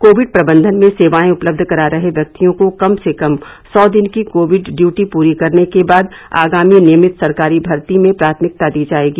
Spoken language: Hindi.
कोविड प्रबंधन में सेवाएं उपलब्ध करा रहे व्यक्तियों को कम से कम सौ दिन की कोविड ड्यूटी पूरी करने के बाद आगामी नियमित सरकारी भर्ती में प्राथमिकता दी जाएगी